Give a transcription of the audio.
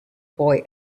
boy